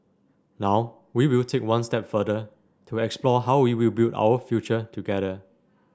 now we will take one step further to explore how we will build out future together